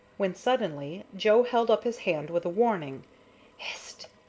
when suddenly joe held up his hand with a warning hist!